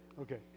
okay